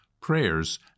prayers